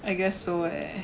I guess so eh